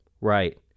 right